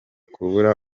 kubura